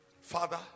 Father